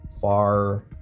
far